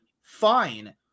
fine